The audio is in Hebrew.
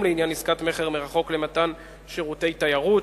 לעניין עסקת מכר מרחוק למתן שירותי תיירות,